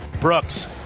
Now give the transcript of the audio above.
Brooks